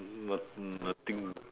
not~ nothing